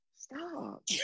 Stop